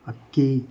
ಅಕ್ಕಿ